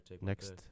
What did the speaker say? Next